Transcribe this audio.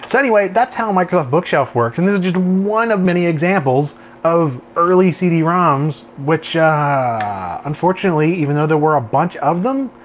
so anyway, that's how microsoft bookshelf works. and this is just one of many examples of early cd-roms, which unfortunately, even though there were a bunch of them,